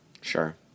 Sure